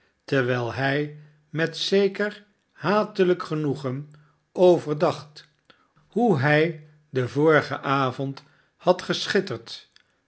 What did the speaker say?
terwijl hij met zeker hatelijk genoegen overdacht hoe hij den vorigen avond had geschitterd